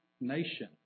nation